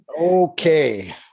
Okay